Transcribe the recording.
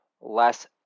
less